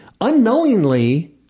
unknowingly